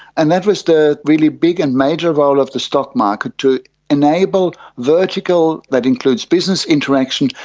and that was the really big and major role of the stock market, to enable vertical, that includes business interaction,